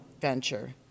venture